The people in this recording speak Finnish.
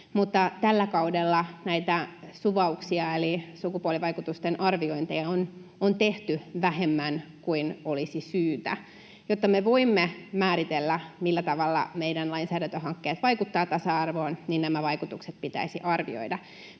tällä kaudella näitä suvauksia eli sukupuolivaikutusten arviointeja on tehty vähemmän kuin olisi syytä. Jotta me voimme määritellä, millä tavalla meidän lainsäädäntöhankkeet vaikuttavat tasa-arvoon, nämä vaikutukset pitäisi arvioida.